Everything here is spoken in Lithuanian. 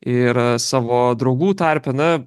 ir savo draugų tarpe na